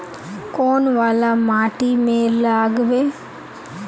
कौन वाला माटी में लागबे?